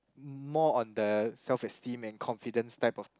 more on the self esteem and confidence type of